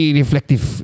reflective